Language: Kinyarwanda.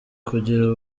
kugira